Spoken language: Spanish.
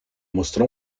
mostró